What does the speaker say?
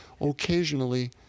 occasionally